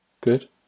Good